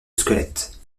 squelette